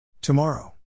Tomorrow